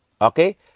Okay